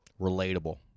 Relatable